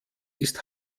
ist